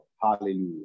Hallelujah